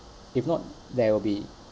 if not there will be